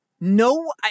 No